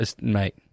Mate